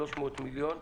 300 מיליון,